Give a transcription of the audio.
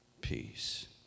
peace